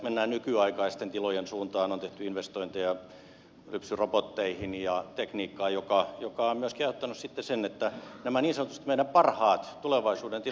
mennään nykyaikaisten tilojen suuntaan on tehty investointeja lypsyrobotteihin ja tekniikkaan mikä on myöskin aiheuttanut sitten sen että nämä meidän niin sanotusti parhaat tulevaisuuden tilat ovat velkaantuneita